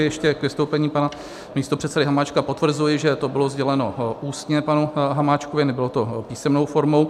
Ještě k vystoupení pana místopředsedy Hamáčka: potvrzuji, že to bylo sděleno ústně panu Hamáčkovi, nebylo to písemnou formou.